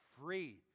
free